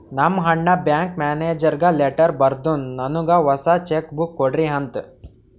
ನಮ್ ಅಣ್ಣಾ ಬ್ಯಾಂಕ್ ಮ್ಯಾನೇಜರ್ಗ ಲೆಟರ್ ಬರ್ದುನ್ ನನ್ನುಗ್ ಹೊಸಾ ಚೆಕ್ ಬುಕ್ ಕೊಡ್ರಿ ಅಂತ್